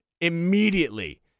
immediately